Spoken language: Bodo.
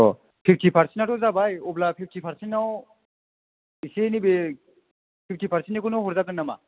फिफ्टि पारसेन्टाथ' जाबाय अब्ला फिफ्टि पारसेन्टआव इसे नैबे फिफ्टि पारसेन्टनिखौनो हरजागोन नामा